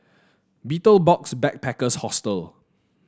Betel Box Backpackers Hostel